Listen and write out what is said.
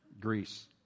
Greece